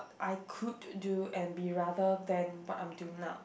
I could do and be rather than what I'm doing now